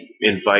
invite